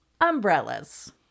Umbrellas